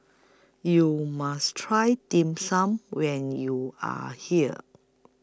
YOU must Try Dim Sum when YOU Are here